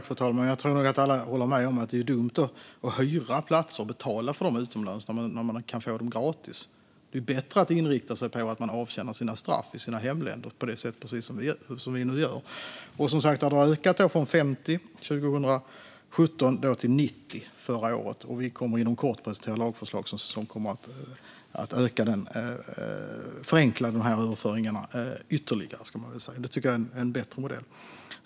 Fru talman! Jag tror nog att alla håller med om att det är dumt att hyra platser utomlands och betala för dem när man kan få dem gratis. Det är bättre att inrikta sig på att dömda avtjänar sina straff i sina hemländer, precis som vi nu gör. Det har som sagt ökat från 50 personer 2017 till 90 förra året. Och vi kommer inom kort att presentera lagförslag som kommer att förenkla dessa överföringar ytterligare. Det tycker jag är en bättre modell.